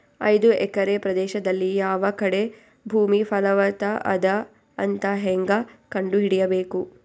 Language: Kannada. ಐದು ಎಕರೆ ಪ್ರದೇಶದಲ್ಲಿ ಯಾವ ಕಡೆ ಭೂಮಿ ಫಲವತ ಅದ ಅಂತ ಹೇಂಗ ಕಂಡ ಹಿಡಿಯಬೇಕು?